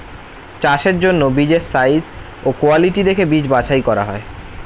চাষের জন্য বীজের সাইজ ও কোয়ালিটি দেখে বীজ বাছাই করা হয়